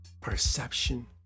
perception